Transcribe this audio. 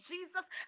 Jesus